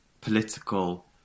political